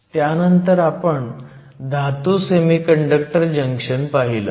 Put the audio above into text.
त्यानंतर आपण धातू सेमीकंडक्टर जंक्शन पाहिलं